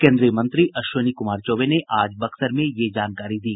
केन्द्रीय मंत्री अश्विनी कुमार चौबे ने आज बक्सर में ये जानकारी दी